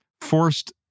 Forced